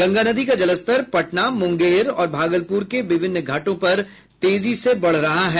गंगा नदी का जलस्तर पटना मुंगेर और भागलपुर के विभिन्न घटों पर तेजी से बढ़ रहा है